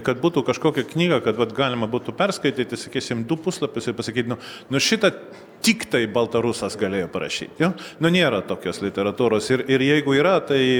kad būtų kažkokia knyga kad vat galima būtų perskaityti sakysim du puslapius ir pasakyti nu nu šitą tiktai baltarusas galėjo parašyt jo nu nėra tokios literatūros ir ir jeigu yra tai